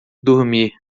dormir